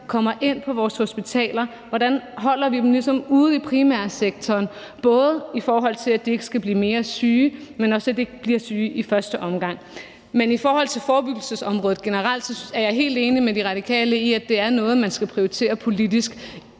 kommer ind på vores hospitaler, og hvordan vi ligesom holder dem ude i primærsektoren, både i forhold til at de ikke skal blive mere syge, men også, at de i første omgang heller ikke bliver syge. Men i forhold til forebyggelsesområdet generelt er jeg helt enig med De Radikale i, at det er noget, man skal prioritere politisk